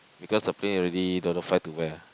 because the plane already don't know fly to where